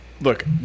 look